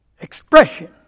expression